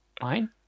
Fine